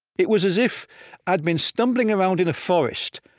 it was as if i'd been stumbling around in a forest,